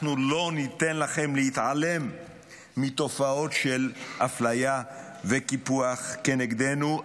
אנחנו לא ניתן לכם להתעלם מתופעות של אפליה וקיפוח כנגדנו,